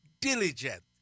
Diligent